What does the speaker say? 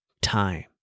time